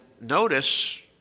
notice